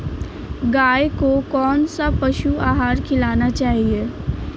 गाय को कौन सा पशु आहार खिलाना चाहिए?